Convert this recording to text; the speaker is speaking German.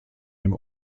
dem